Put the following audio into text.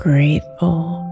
Grateful